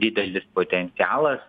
didelis potencialas